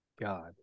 God